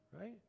right